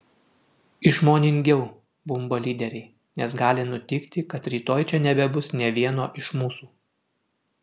išmoningiau bumba lyderiai nes gali nutikti kad rytoj čia nebebus nė vieno iš mūsų